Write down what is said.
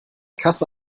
kasse